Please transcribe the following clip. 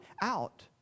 out